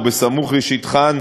או סמוך לשטחן,